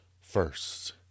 First